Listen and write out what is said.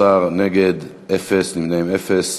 אם כן, 13 בעד, נגד אפס, נמנעים, אפס.